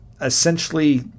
essentially